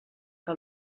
que